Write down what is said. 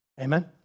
Amen